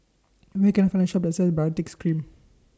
Where Can I Find A Shop that sells Baritex Cream